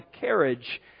carriage